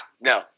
no